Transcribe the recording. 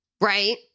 right